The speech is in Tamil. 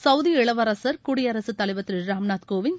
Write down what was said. சவுதி இளவரசர் குடியரசுத் தலைவர் திரு ராம்நாத் கோவிந்த்